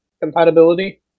compatibility